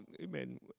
amen